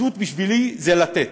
אחדות בשבילי זה לתת,